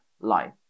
life